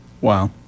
Wow